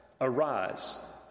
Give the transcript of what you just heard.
arise